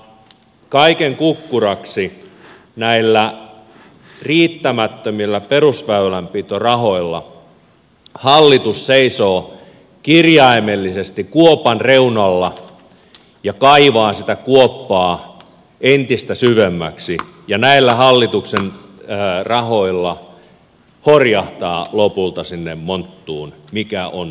kaiken kukkuraksi näillä riittämättömillä perusväylänpitorahoilla hallitus seisoo kirjaimellisesti kuopan reunalla ja kaivaa sitä kuoppaa entistä syvemmäksi ja näillä hallituksen rahoilla horjahtaa lopulta sinne monttuun mikä on tiellä